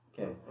Okay